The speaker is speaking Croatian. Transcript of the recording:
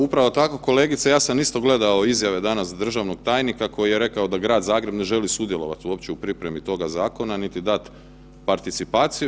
Upravo tako kolegice, ja sam isto gledao izjave danas državnog tajnika koji je rekao da Grad Zagreb ne želi sudjelovati uopće u pripremi toga zakona, niti dati participaciju.